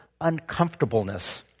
uncomfortableness